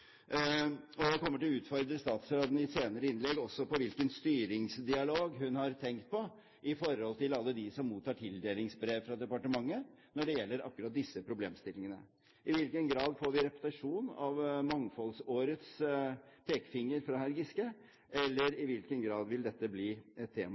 dette. Jeg kommer i et senere innlegg til å utfordre statsråden på hvilken styringsdialog hun har tenkt på med hensyn til alle de som mottar tildelingsbrev fra departementet når det gjelder akkurat disse problemstillingene – i hvilken grad vi får en repetisjon av mangfoldsårets pekefinger fra hr. Giske, og i hvilken grad dette vil bli et tema